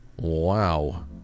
Wow